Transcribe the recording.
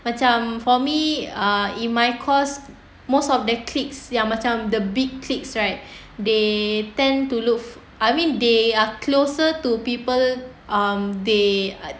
macam for me uh in my course most of the cliques yang macam the big cliques right they tend to loo~ I mean they are closer to people um they